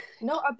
No